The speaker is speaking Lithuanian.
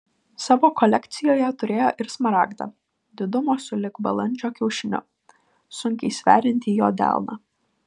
savo kolekcijoje turėjo ir smaragdą didumo sulig balandžio kiaušiniu sunkiai sveriantį jo delną